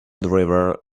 driver